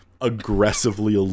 aggressively